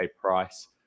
price